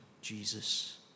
Jesus